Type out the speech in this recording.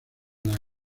las